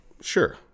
sure